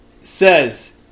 says